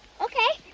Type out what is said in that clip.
okay,